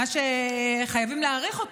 שחייבים להאריך,